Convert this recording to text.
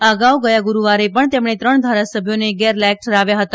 આ અગાઉ ગથા ગુરૂવારે પણ તેમણે ત્રણ ધારાસભ્યોને ગેરલાયક ઠરાવ્યા હતા